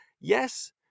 Yes